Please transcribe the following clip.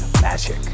magic